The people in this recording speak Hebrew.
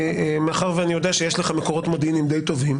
מאחר שאני יודע שיש לך מקורות מודיעיניים די טובים,